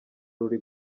ruri